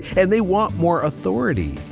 and they want more authority.